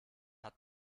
hat